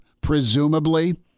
presumably